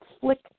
flick